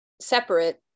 separate